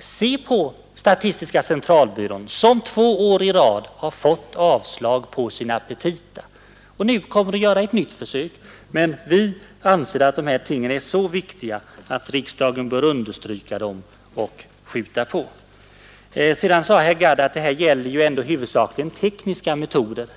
Se på statistiska centralbyrån som två år i rad har fått avslag på sina petita och nu kommer att göra ett nytt försök! Vi anser att dessa ting är så viktiga att riksdagen bör understryka dem och skjuta fram dem, Herr Gadd framhöll också att det huvudsakligen gäller tekniska metoder.